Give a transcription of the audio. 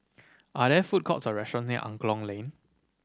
are there food courts or restaurant near Angklong Lane